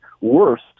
worse